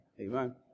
Amen